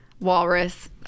walrus